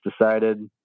decided